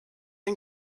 ein